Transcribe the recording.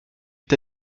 est